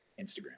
Instagram